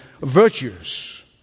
virtues